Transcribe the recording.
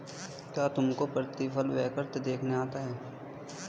क्या तुमको प्रतिफल वक्र देखना आता है?